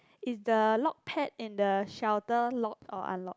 is the lock pad in the shelter lock or unlock